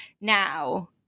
now